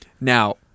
Now